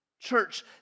Church